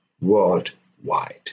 worldwide